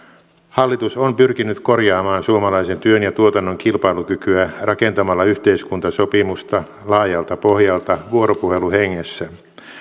hallitus on pyrkinyt korjaamaan suomalaisen työn ja tuotannon kilpailukykyä rakentamalla yhteiskuntasopimusta laajalta pohjalta vuoropuheluhengessä